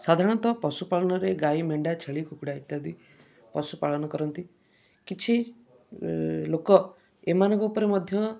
ସାଧାରଣତଃ ପଶୁପାଳନରେ ଗାଈ ମେଣ୍ଢା ଛେଳି କୁକୁଡ଼ା ଇତ୍ୟାଦି ପଶୁପାଳନ କରନ୍ତି କିଛି ଲୋକ ଏମାନଙ୍କ ଉପରେ ମଧ୍ୟ